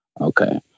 Okay